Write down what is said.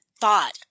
thought